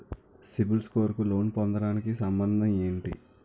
CIBIL score కు loan పొందటానికి సంబంధం ఏంటి?